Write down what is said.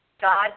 God